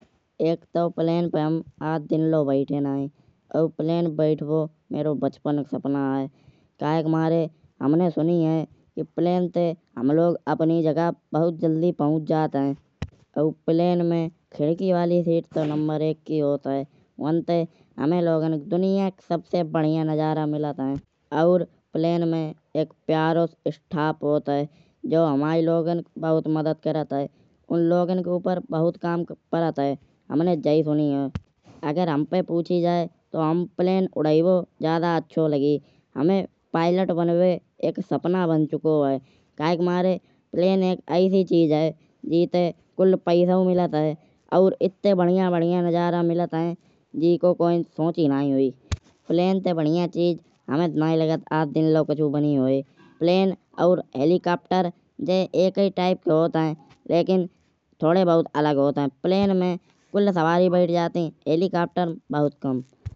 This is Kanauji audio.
एक तउ प्लेन पे हम आज दिन लओ बैठे नायी। और प्लेन पे बैठिबो मेरो बचपन को सपना है। काहे के मारे हमनै सुनी है कि प्लेन ते हम लोग अपनी जगह बहुत जल्दी पहुँच जात है। तउ प्लेन में खिड़की वाली सीट तउ नंबर एक की होत है। व्हाँ ते हुमाए लोगन का दुनिया को सबसे बढ़िया नज़ारा मिलत है। और प्लेन में एक प्यारो सो स्टाफ होत है। जउ हुमाई लोगन की बहुत मदद करत है। उन लोगन के उपर बहुत काम परत है। हमने तउ यही सुनी है। अगर हम पे पूछी जाय तउ हम प्लेन उड़ाइबो ज़्यादा अच्छा लागी। हुमे पायलट बनिवे एक सपना बन चुकौ है। काहे के मारे प्लेन एक ऐसी चीज है। जेते कुल्ल पैसउ मिलत है। और इतने बढ़िया बढ़िया नज़ारा मिलत है। जीको कोई नै सोची नयी हुइये। प्लेन ते बढ़िया चीज हुमाए तउ नयी लागत आज दिन लओ कचु बनि हुइयेह। प्लेन और हेलिकॉप्टर ये एक ही टाइप के होत है। लेकिन थोड़े बहुत अलग होत है। प्लेन में कुल्ल सवारी बैठ जाती। हेलिकॉप्टर में बहुत कम।